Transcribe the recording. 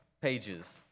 pages